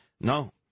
No